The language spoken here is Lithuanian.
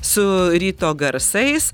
su ryto garsais